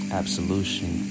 absolution